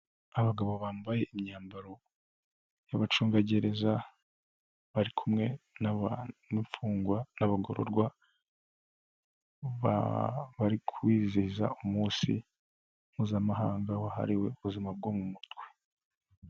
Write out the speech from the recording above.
Abagabo bambaye imyambaro y'abacungagereza bari kumwe n'imfungwa n'abagororwa bari kwizihiza umunsi mpuzamahanga wahariwe ubuzima bwo mu mutwe.